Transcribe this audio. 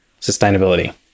sustainability